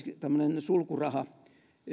tämmöinen sulkuraha